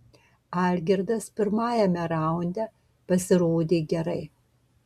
algirdas pirmajame raunde pasirodė gerai